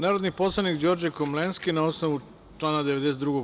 Narodni poslanik Đorđe Komlenski, na osnovu člana 92.